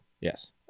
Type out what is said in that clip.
Yes